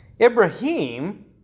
Ibrahim